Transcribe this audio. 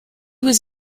was